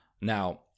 Now